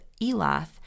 Elath